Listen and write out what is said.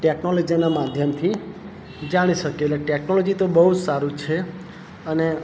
ટેકનોલોજીના માધ્યમથી જાણી શકીએને ટેકનોલોજી તો બહુજ સારું છે અને